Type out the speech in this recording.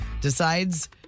decides